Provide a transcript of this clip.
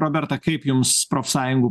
roberta kaip jums profsąjungų